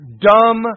dumb